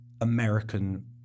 American